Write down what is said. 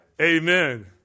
Amen